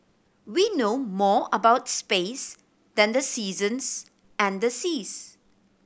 we know more about space than the seasons and the seas